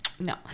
No